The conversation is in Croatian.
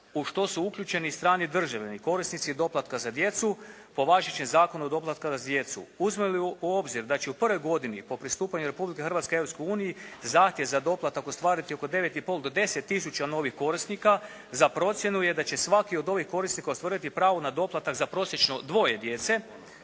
u što su uključeni i strani državljani korisnici doplatka za djecu po važećem Zakona o doplatku za djecu. Uzmemo li u obzir da će u prvoj godini po pristupanju Republike Hrvatske Europskoj uniji zahtjev za doplatak ostvariti oko 9 i pol do 10 000 novih korisnika za procjenu je da će svaki od ovih korisnika ostvariti pravo na doplatak za prosječno dvoje djece